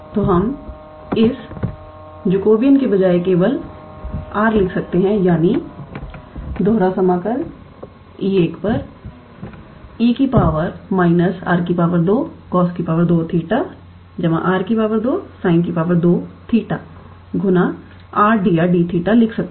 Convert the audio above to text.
तो हम इस जैकोबिन के बजाय केवल r लिख सकते हैं यानी𝐸1 𝑒 −𝑟 2𝑐𝑜𝑠2𝜃𝑟 2 𝑠𝑖𝑛2𝜃 𝑟𝑑𝑟𝑑𝜃 लिख सकते हैं